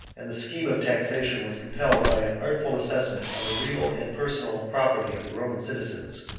and the scheme of taxation was completed by an artful assessment on the real and personal property of the roman citizens,